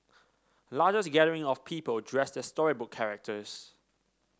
largest gathering of people dressed as storybook characters